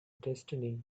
destiny